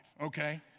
okay